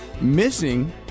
missing